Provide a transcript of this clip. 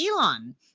Elon